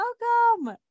welcome